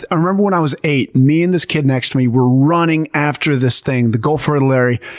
i remember when i was eight, me and this kid next to me were running after this thing, the gulf fritillary.